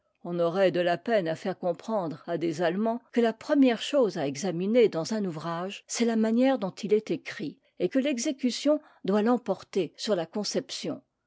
on aurait de la peine à faire comprendre à des allemands que la première chose à examiner dans un ouvrage c'est la manière dont il est écrit et que l'exécution doit l'emporter sur la conception